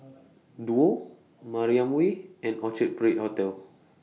Duo Mariam Way and Orchard Parade Hotel